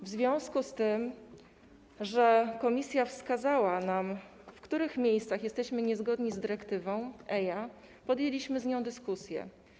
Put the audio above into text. W związku z tym, że Komisja wskazała nam, w których miejscach jesteśmy niezgodni z dyrektywą EIA, podjęliśmy z nią dyskusję.